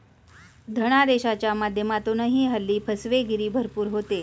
धनादेशाच्या माध्यमातूनही हल्ली फसवेगिरी भरपूर होते